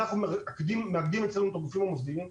אנחנו מאגדים אצלנו את הגופים המוסדיים.